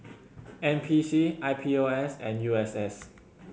N P C I P O S and U S S